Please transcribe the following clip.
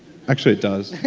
actually, it does.